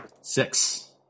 Six